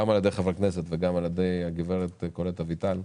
גם על ידי חברי כנסת וגם על ידי הגברת קולט אביטל,